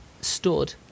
stood